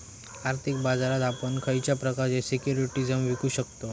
आर्थिक बाजारात आपण खयच्या प्रकारचे सिक्युरिटीज विकु शकतव?